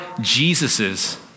Jesus's